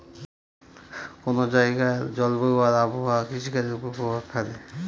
কোন জায়গার জলবায়ু আর আবহাওয়া কৃষিকাজের উপর প্রভাব ফেলে